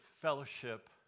fellowship